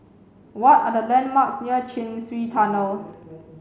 what are the landmarks near Chin Swee Tunnel